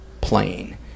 plane